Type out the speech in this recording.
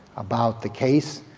about the case.